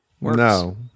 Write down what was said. no